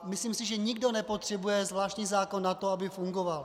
Myslím si, že nikdo nepotřebuje zvláštní zákon na to, aby fungoval.